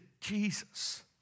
Jesus